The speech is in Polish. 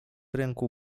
ręku